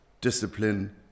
discipline